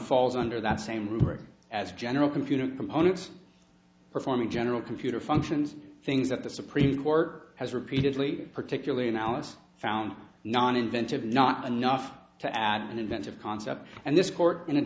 falls under that same rubric as general computer components performing general computer functions things that the supreme court has repeatedly particularly in alice found not inventive not enough to add an inventive concept and this court